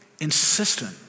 insistent